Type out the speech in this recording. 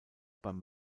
beim